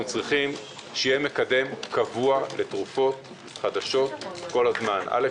אנחנו צריכים שיהיה מקדם קבוע לתרופות חדשות כל הזמן אל"ף,